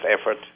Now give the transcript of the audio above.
effort